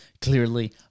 clearly